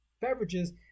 beverages